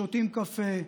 שותים קפה,